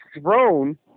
thrown